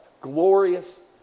glorious